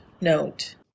note